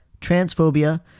transphobia